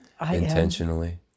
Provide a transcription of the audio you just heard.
intentionally